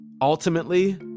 Ultimately